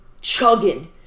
chugging